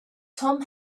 tom